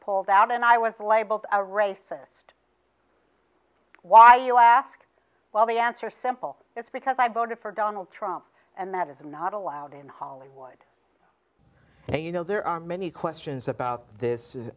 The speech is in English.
pulled out and i was labeled a racist why do you ask well the answer is simple it's because i voted for donald trump and that is i'm not allowed in hollywood and you know there are many questions about this